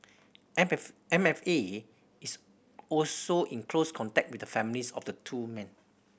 M F M F A is also in close contact with the families of the two men